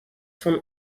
from